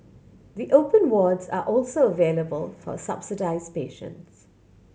the open wards are also available for subsidised patients